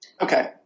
Okay